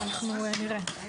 אנחנו נראה.